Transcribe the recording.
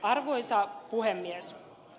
arvoisa puhemies